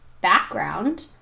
background